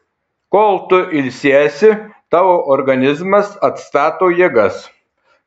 kol tu ilsiesi tavo organizmas atstato jėgas